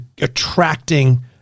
attracting